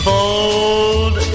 Fold